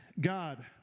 God